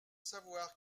savoir